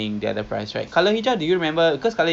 adik I mata tutup ah tiba-tiba